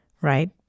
Right